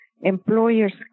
employer's